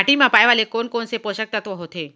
माटी मा पाए वाले कोन कोन से पोसक तत्व होथे?